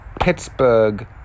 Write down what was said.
Pittsburgh